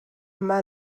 yma